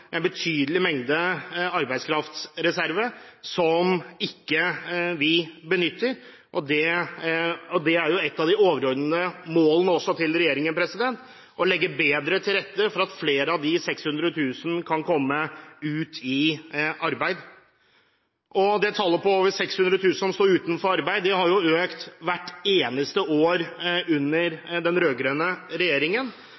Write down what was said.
en betydelig arbeidskraftreserve, som vi ikke benytter. Et av de overordnede målene til regjeringen er å legge bedre til rette for at flere av de 600 000 kan komme ut i arbeid. Det tallet på over 600 000 som står uten arbeid, har jo økt hvert eneste år